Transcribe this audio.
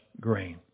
grain